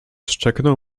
szczeknął